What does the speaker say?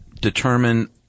determine